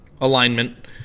alignment